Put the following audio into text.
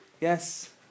Yes